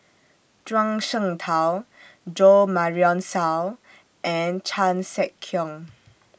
Zhuang Shengtao Jo Marion Seow and Chan Sek Keong